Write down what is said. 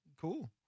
cool